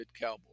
cowboy